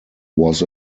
was